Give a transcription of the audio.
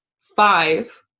five